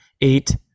eight